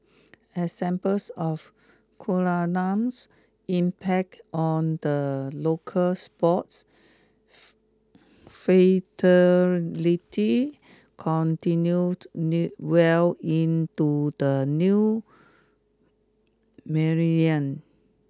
examples of Kunalan's impact on the local sports fraternity continued well into the new millennium